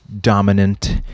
dominant